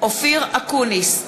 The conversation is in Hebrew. אופיר אקוניס,